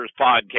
Podcast